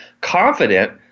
confident